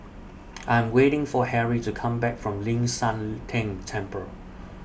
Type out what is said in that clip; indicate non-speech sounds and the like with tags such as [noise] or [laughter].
I Am waiting For Harry to Come Back from Ling San [noise] Teng Temple